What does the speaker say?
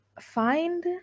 find